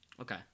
okay